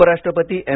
उपराष्ट्रपती एम